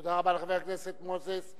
תודה רבה לחבר הכנסת מוזס.